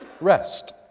rest